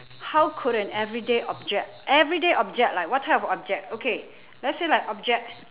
how could an everyday object everyday object like what type of object okay let's say like object